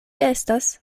estas